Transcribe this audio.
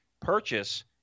purchase